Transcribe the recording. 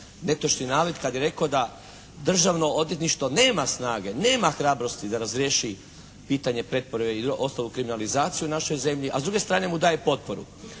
netočni navod kad je rekao da Državno odvjetništvo nema snage, nema hrabrosti da razriješi pitanje pretvorbe i ostalu kriminalizaciju u našoj zemlji a s druge strane mu daje potporu.